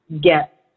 get